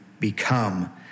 Become